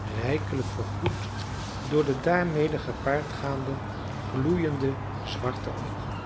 rijkelijk vergoed door de daarmede gepaard gaande gloeiende zwarte oogen